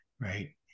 right